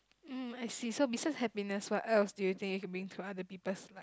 um actually so besides happiness what else do you think you can bring to other people's life